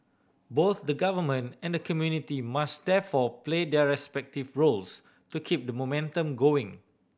both the government and the community must therefore play their respective roles to keep the momentum going